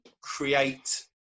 create